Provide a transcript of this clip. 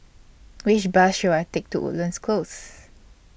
Which Bus should I Take to Woodlands Close